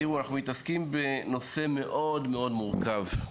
תיראו, אנחנו מתעסקים בנושא מאוד מאוד מורכב.